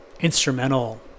instrumental